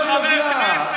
אתה לא חבר כנסת.